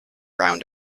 around